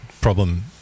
problem